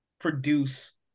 produce